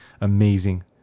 Amazing